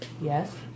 Yes